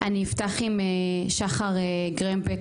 אני אפתח עם שחר גרמבק,